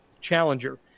challenger